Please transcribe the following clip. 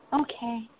okay